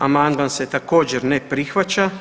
Amandman se također ne prihvaća.